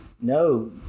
no